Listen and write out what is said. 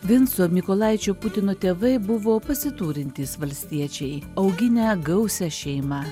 vinco mykolaičio putino tėvai buvo pasiturintys valstiečiai auginę gausią šeimą